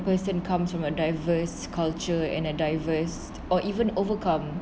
person comes from a diverse culture and a diversed or even overcome